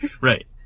Right